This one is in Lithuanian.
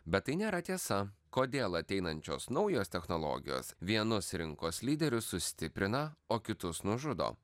bet tai nėra tiesa kodėl ateinančios naujos technologijos vienus rinkos lyderius sustiprina o kitus nužudo